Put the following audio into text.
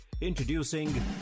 introducing